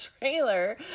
trailer